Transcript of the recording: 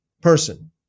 person